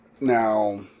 Now